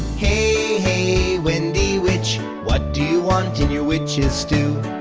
hey, hey wendy witch. what do you want in your witch's stew?